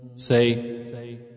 Say